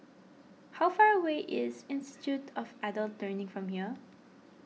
how far away is Institute of Adult Learning from here